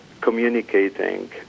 communicating